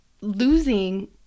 losing